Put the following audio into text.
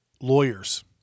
lawyers